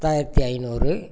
பத்தாயிரத்தி ஐநூறு